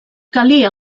calia